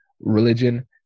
religion